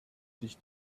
sich